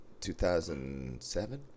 2007